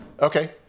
Okay